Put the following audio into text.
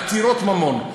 עתירות ממון,